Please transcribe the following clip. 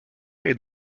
est